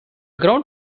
ground